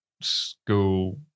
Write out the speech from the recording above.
school